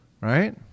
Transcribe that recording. Right